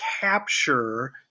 capture